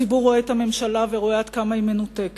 הציבור רואה את הממשלה ורואה עד כמה היא מנותקת.